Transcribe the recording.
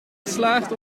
geslaagd